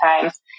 times